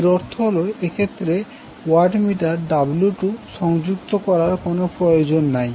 এর অর্থ হল যে এক্ষেত্রে ওয়াট মিটার W2 সংযুক্ত করার কোন প্রয়োজন নেই